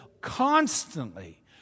constantly